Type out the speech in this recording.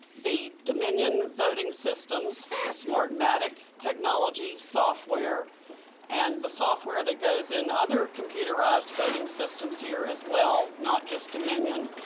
the dominion voting systems, the smartmatic technology software and the software that goes in other computerized voting systems here as well, not just dominion,